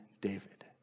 David